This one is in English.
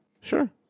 Sure